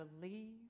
believe